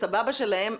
בסבבה שלהם,